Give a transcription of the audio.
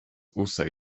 also